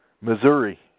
Missouri